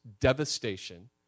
devastation